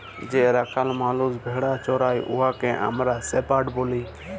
যে রাখাল মালুস ভেড়া চরাই উয়াকে আমরা শেপাড় ব্যলি